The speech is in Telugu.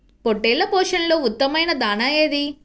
పొట్టెళ్ల పోషణలో ఉత్తమమైన దాణా ఏది?